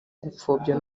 gupfobya